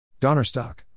Donnerstock